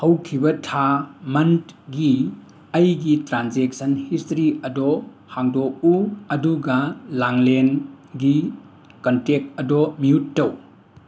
ꯍꯧꯈꯤꯕ ꯊꯥ ꯃꯟꯠꯒꯤ ꯑꯩꯒꯤ ꯇ꯭ꯔꯥꯟꯖꯦꯛꯁꯟ ꯍꯤꯁꯇ꯭ꯔꯤ ꯑꯗꯣ ꯍꯥꯡꯗꯣꯛꯎ ꯑꯗꯨꯒ ꯂꯥꯡꯂꯦꯟꯒꯤ ꯀꯟꯇꯦꯛ ꯑꯗꯣ ꯃ꯭ꯌꯨꯠ ꯇꯧ